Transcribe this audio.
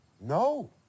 No